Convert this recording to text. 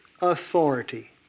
authority